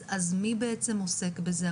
אז מי בעצם עוסק בזה?